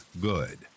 good